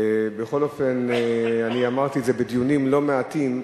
בכל אופן, אמרתי את זה בדיונים לא מעטים,